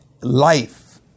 life